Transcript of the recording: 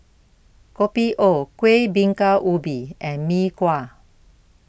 Kopi O Kueh Bingka Ubi and Mee Kuah